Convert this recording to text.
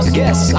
guess